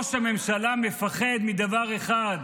ראש הממשלה מפחד מדבר אחד,